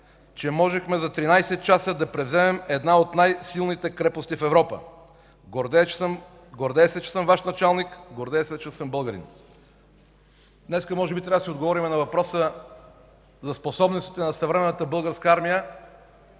че можехме за 13 часа да превземем една от най-силните крепости в Европа. Гордея се, че съм Ваш началник, гордея се, че съм българин”. Днес може би трябва да си отговорим на въпроса за способностите на съвременната Българска армия